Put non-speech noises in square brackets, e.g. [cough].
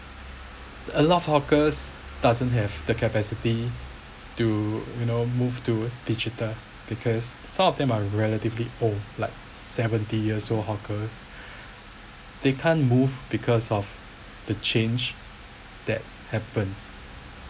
a lot of hawkers doesn't have the capacity to you know move to digital because some of them might relatively old like seventy years old hawkers [breath] they can't move because of the change that happens